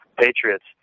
patriots